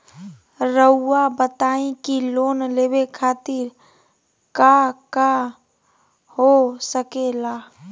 रउआ बताई की लोन लेवे खातिर काका हो सके ला?